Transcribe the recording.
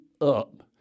up